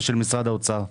ושל משרד האוצר.